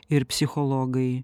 ir psichologai